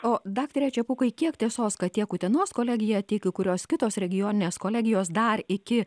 o daktare čepukai kiek tiesos kad tiek utenos kolegija tikiu kurios kitos regioninės kolegijos dar iki